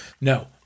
no